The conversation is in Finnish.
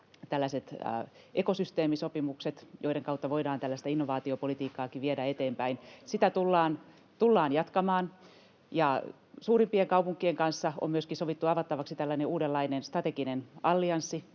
tällaiset ekosysteemisopimukset, joiden kautta voidaan innovaatiopolitiikkaakin viedä eteenpäin. Sitä tullaan jatkamaan. Ja suurimpien kaupunkien kanssa on myöskin sovittu avattavaksi tällainen uudenlainen strateginen allianssi,